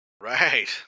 Right